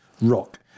rock